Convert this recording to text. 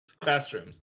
classrooms